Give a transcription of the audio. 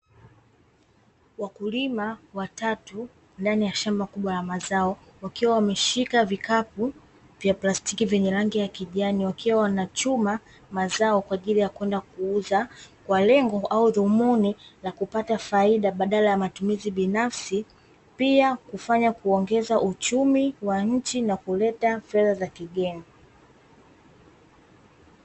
Wakulima watatu ndani ya shamba kubwa la mazao wakiwa wameshika vikapu vya plastiki vyenye rangi ya kijani, wakiwa wanachuma mazao kwa ajili ya kwenda kuuza kwa lengo au dhumuni la kupata faida badala ya matumizi binafsi, pia kufanya kuongeza uchumi wa nchi na kuleta fedha za kigeni.